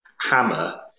hammer